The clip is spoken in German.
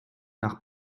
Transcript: nach